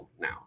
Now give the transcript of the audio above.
now